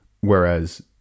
whereas